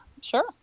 Sure